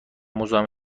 مزاحم